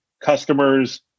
customers